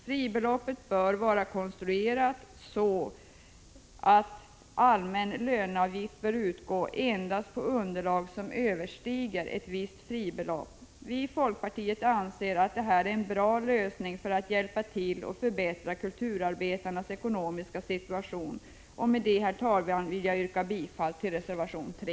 Fribeloppet bör vara konstruerat så att allmän löneavgift bör utgå endast på underlag som överstiger ett visst fribelopp. Vi i folkpartiet anser att detta är en bra lösning för att hjälpa till och förbättra kulturarbetarnas ekonomiska situation. Med detta, herr talman, vill jag yrka bifall till reservation 3.